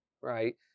right